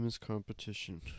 competition